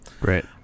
Right